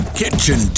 kitchen